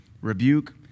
rebuke